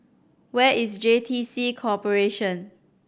where is J T C Corporation